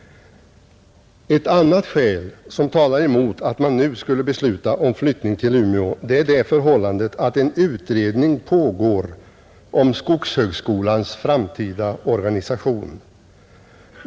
Ett annat skäl som talar emot att man nu skulle besluta om förflyttning till Umeå är det förhållandet att en utredning pågår om skogshögskolans framtida organisation.